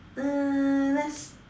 um let's